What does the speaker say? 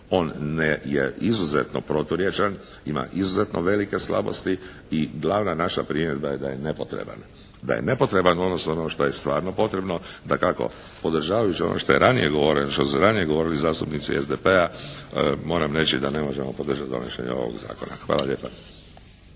on je izuzetno proturječan, ima izuzetno velike slabosti i glavna naša primjedba je da je nepotreban, da je nepotreban u odnosu na ono što je stvarno potrebno. Dakako podržavajući ono što su ranije govorili zastupnici SDP-a, moram reći da ne možemo podržati donošenje ovog zakona. Hvala lijepa.